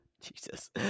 Jesus